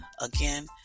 Again